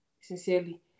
sincerely